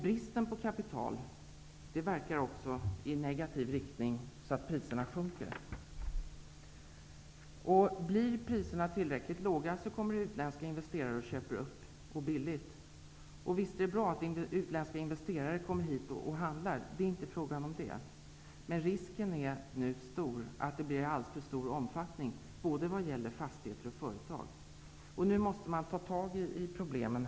Bristen på kapital verkar i negativ riktning så att priserna sjunker. Om priserna blir tillräckligt låga, kommer utländska investerare att göra billiga uppköp. Det är inte fråga om att det inte är bra att utländska investerare kommer hit och handlar, men risken är nu stor att omfattningen blir alltför stor både vad gäller fastigheter och företag. Nu måste man ta tag i problemen.